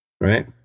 Right